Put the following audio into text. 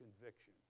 conviction